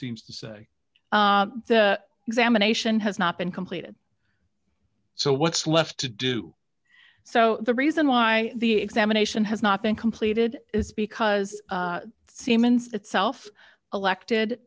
seems to say the examination has not been completed so what's left to do so the reason why the examination has not been completed is because siemens itself elected